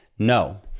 No